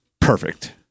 Perfect